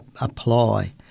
apply